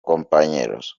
compañeros